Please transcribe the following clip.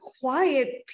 quiet